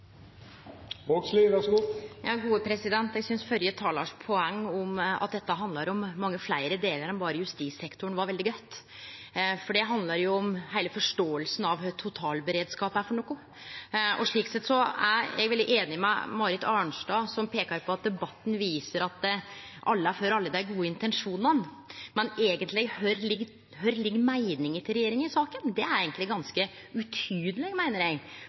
Eg synest poenget til førre talaren, at dette handlar om mange fleire delar enn berre justissektoren, var veldig godt. Det handlar om heile forståinga av kva totalberedskap er for noko. Slik sett er eg veldig einig med Marit Arnstad, som peika på at debatten viser at alle er for alle dei gode intensjonane. Men kva meining regjeringa eigentleg har i saka, er ganske utydeleg, meiner eg. På ein måte kan ein tolke det som at eigentleg er me alle einige, men så vil dei eigentleg